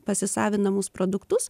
pasisavinamus produktus